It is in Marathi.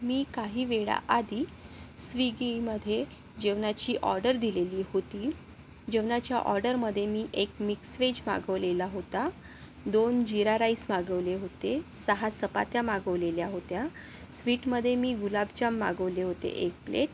मी काही वेळाआधी स्वीगीमध्ये जेवणाची ऑर्डर दिलेली होती जेवणाच्या ऑर्डरमध्ये मी एक मिक्स वेज मागवलेला होता दोन जिरा राईस मागवले होते सहा चपात्या मागवलेल्या होत्या स्वीटमध्ये मी गुलाबजाम मागवले होते एक प्लेट